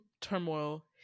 turmoil